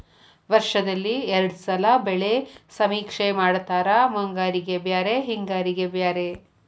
ವರ್ಷದಲ್ಲಿ ಎರ್ಡ್ ಸಲಾ ಬೆಳೆ ಸಮೇಕ್ಷೆ ಮಾಡತಾರ ಮುಂಗಾರಿಗೆ ಬ್ಯಾರೆ ಹಿಂಗಾರಿಗೆ ಬ್ಯಾರೆ